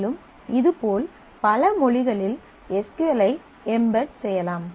மேலும் இது போல் பல மொழிகளில் எஸ் க்யூ எல் ஐ எம்பெட் செய்யலாம்